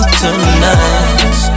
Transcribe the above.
tonight